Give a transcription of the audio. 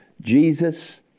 Jesus